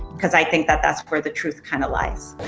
cause i think that that's where the truth kind of lies.